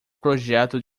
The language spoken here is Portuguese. projeto